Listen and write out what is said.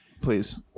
Please